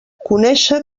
conéixer